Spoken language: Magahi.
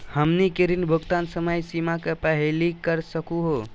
हमनी के ऋण भुगतान समय सीमा के पहलही कर सकू हो?